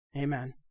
Amen